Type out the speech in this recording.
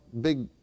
big